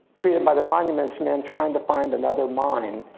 created by the monuments men trying to find another mine.